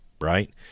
right